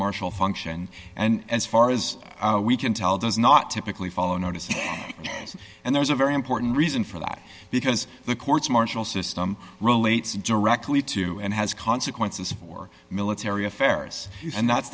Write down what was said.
martial function and as far as we can tell does not typically follow notice and there's a very important reason for that because the courts martial system relates directly to and has consequences for military affairs and that